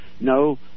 no